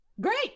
Great